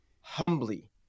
humbly